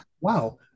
Wow